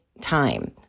time